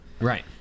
Right